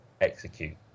execute